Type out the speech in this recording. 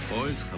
Boys